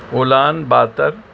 اولان باتر